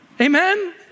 Amen